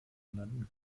landen